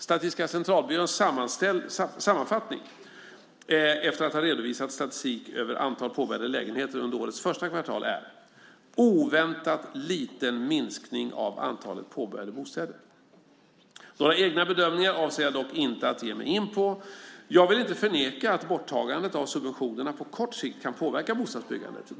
Statistiska centralbyråns sammanfattning - efter att ha redovisat statistik över antal påbörjade lägenheter under årets första kvartal - är: "Oväntat liten minskning av antalet påbörjade bostäder." Några egna bedömningar avser jag dock inte att ge mig in på. Jag vill inte förneka att borttagandet av subventionerna på kort sikt kan påverka bostadsbyggandet.